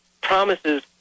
Promises